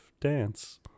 dance